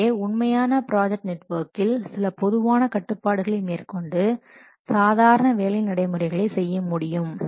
எனவே உண்மையான ப்ராஜெக்ட் நெட்வொர்க்கில் சில பொதுவான கட்டுப்பாடுகளை மேற்கொண்டு சாதாரண வேலை நடைமுறைகளை செய்ய முடியும்